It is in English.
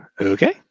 Okay